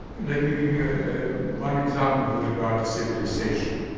let me give you ah one example with regard to civilisation.